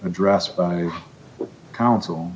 addressed by counsel